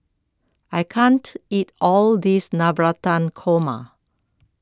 I can't eat all this Navratan Korma